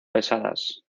pesadas